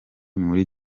muri